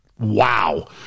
Wow